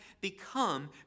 become